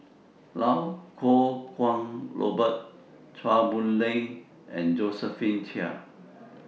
Iau Kuo Kwong Robert Chua Boon Lay and Josephine Chia